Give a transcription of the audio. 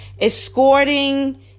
escorting